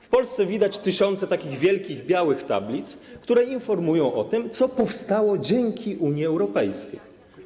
W Polsce widać tysiące wielkich, białych tablic, które informują o tym, co powstało dzięki Unii Europejskiej.